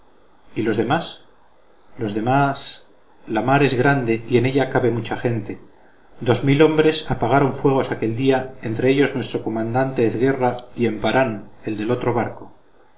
a las playas de marruecos los demás y en ella cabe mucha gente dos mil hombres apagaron fuegos aquel día entre ellos nuestro comandante ezguerra y emparán el del otro barco